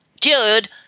dude